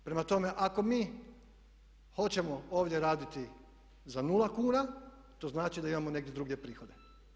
Prema tome, ako mi hoćemo ovdje raditi za 0 kuna, to znači da imamo negdje drugdje prihode.